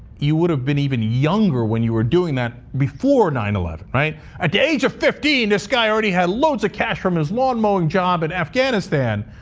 you would have been even younger when you were doing that before nine eleven. at the age of fifty this guy already had loads of cash from his lawnmowing job in afghanistan.